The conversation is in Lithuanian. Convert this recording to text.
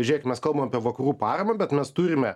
žiūrėkit mes kalbam apie vakarų paramą bet mes turime